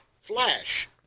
flash